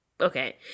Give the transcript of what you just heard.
Okay